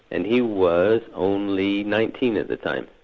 and he was only nineteen at the time.